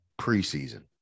preseason